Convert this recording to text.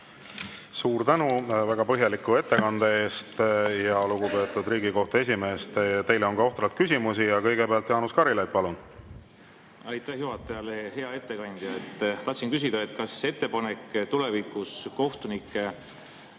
Suur tänu väga põhjaliku ettekande eest! Lugupeetud Riigikohtu esimees, teile on ka ohtralt küsimusi. Kõigepealt Jaanus Karilaid, palun! Aitäh juhatajale! Hea ettekandja! Tahtsin küsida, kas ettepanek tulevikus kohtunikke